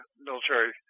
military